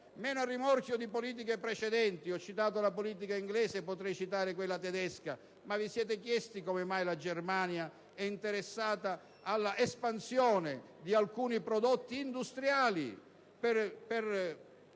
meno a rimorchio di politiche precedenti. Ho citato la politica inglese, e potrei citare quella tedesca. Vi siete chiesti come mai la Germania sia interessata all'espansione di alcuni prodotti industriali per